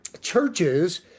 churches